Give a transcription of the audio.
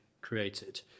created